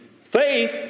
faith